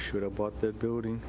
should have bought that building